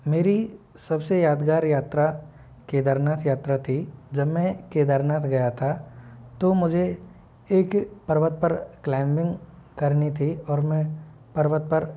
मेरी सबसे यादगार यात्रा केदारनाथ यात्रा थी जब मैं केदारनाथ गया था तो मुझे एक पर्वत पर क्लाइंबिंग करनी थी और मैं पर्वत पर